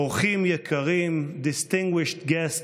אורחים יקרים, Distinguished guests,